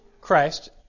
Christ